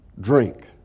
drink